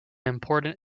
important